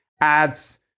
ads